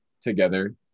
together